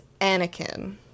Anakin